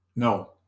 No